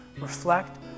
Reflect